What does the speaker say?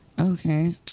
Okay